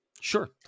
Sure